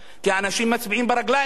כי האנשים מצביעים ברגליים,